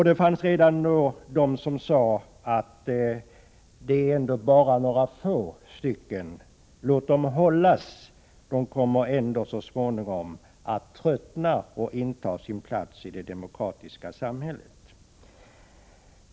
Det fanns redan då de som sade att det ändå bara är några få — låt dem hållas; de kommer ändå så småningom att tröttna och inta sin plats i det demokratiska samhället.